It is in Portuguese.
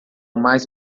mais